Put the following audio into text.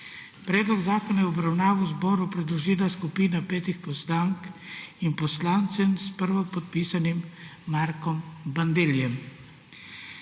Predlog zakona je v obravnavo Državnemu zboru predložila skupina petih poslank in poslancev s prvopodpisanim Markom Bandellijem.